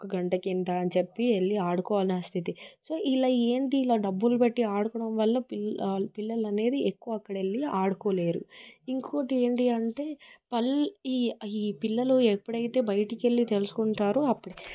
ఒక గంటకి ఇంత అని చెప్పి వెళ్ళి ఆడుకోవాలన స్థితి సో ఇలా ఏంటి ఇలా డబ్బులు పెట్టి ఆడుకోవడం వల్ల పిల్లలు పిల్లల అనేది ఎక్కువ అక్కడకు వెళ్ళి ఆడుకోలేరు ఇంకోటి ఏంటి అంటే పల్లె ఈ పిల్లలు ఎప్పుడైతే బయటికి వెళ్ళి తెలుసుకుంటారో అప్పుడు